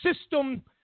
system